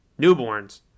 Newborns